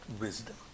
wisdom